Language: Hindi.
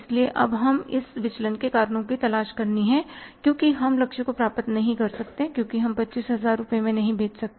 इसलिए अब हमें इस विचलन के कारणों की तलाश करनी है क्यों हम लक्ष्य को प्राप्त नहीं कर सकते क्यों हम 25000 रूपए में नहीं बेच सकते